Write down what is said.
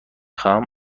خواهم